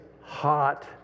hot